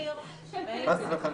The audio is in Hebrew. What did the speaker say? חס וחלילה.